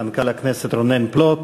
מנכ"ל הכנסת רונן פלוט,